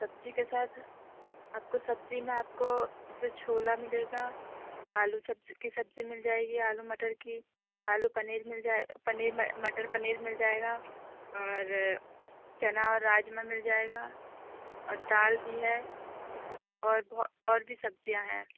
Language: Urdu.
سبزی کے ساتھ آپ کو سبزی میں آپ کو چھولا ملے گا آلو سبز کی سبزی مل جائے گی آلو مٹر کی آلو پنیر مل جائے پنیر مٹر پنیر مل جائے گا اور چنا اور راجمہ مل جائے گا اور دال بھی ہے اور بہو اور بھی سبزیاں ہیں